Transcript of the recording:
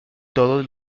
todos